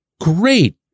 great